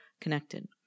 connected